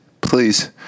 please